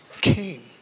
came